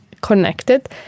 connected